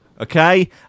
okay